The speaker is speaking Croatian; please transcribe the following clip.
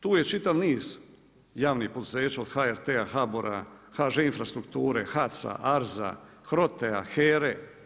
Tu je čitav niz javnih poduzeća od HRT-a, HBOR-a, HŽ Infrastrukture, HAC-a, ARZ-a, HROTE-a, HERA-E.